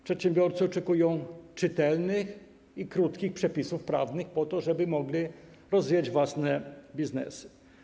Przedsiębiorcy oczekują czytelnych i krótkich przepisów prawnych, żeby mogli rozwijać własne biznesy.